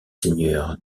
seigneur